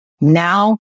Now